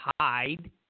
hide